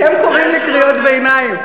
אתם קוראים לי קריאות ביניים.